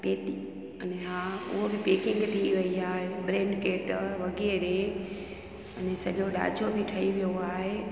पेती अने हा हुहो बि पेकिंग थी वई आहे मैन गेट वग़ैरह अने सॼो डांजो बि ठही वियो आहे